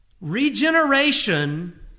Regeneration